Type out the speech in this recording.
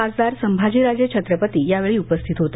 खासदार संभाजीराजे छत्रपती यावेळी उपस्थित होते